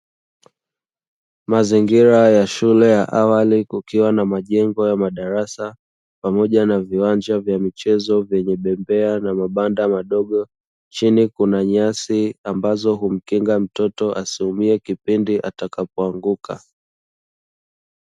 Mazingira ya shule ya awali kukiwa na majengo ya madarasa pamoja na viwanja vya michezo, vyenye bembea na mabanda madogo chini kuna nyasi ambazo humkinga mtoto asiumie kipindi atakapo anguka.